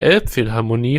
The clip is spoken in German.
elbphilharmonie